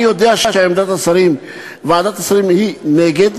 אני יודע שעמדת השרים, ועדת השרים, היא נגד,